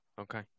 Okay